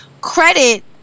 credit